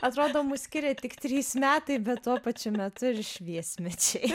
atrodo mus skiria tik trys metai bet tuo pačiu metu ir šviesmečiai